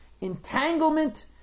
Entanglement